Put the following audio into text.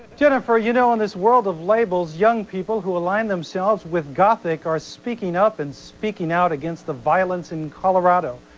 jennifer you know in this world of labels young people who align themselves with gothic are speaking up and speaking out against the violence in colorado.